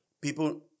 People